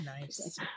nice